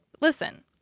listen